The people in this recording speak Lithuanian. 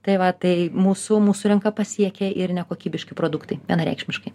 tai va tai mūsų mūsų rinką pasiekia ir nekokybiški produktai vienareikšmiškai